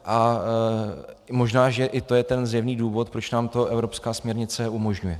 A možná že i to je ten zjevný důvod, proč nám to evropská směrnice umožňuje.